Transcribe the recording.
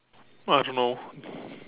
oh I don't know